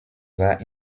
war